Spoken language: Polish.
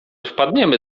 wpadniemy